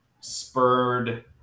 spurred